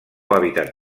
hàbitat